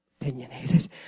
opinionated